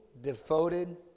devoted